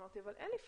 אמרתי שאין לי פקס.